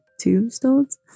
tombstones